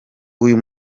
uyu